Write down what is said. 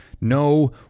No